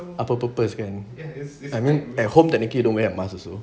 apa purpose kan I mean at home technically don't wear mask also